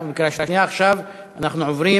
עכשיו אנחנו עוברים